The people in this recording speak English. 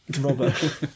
Robert